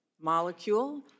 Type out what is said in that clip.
molecule